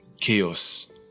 chaos